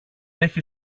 έχει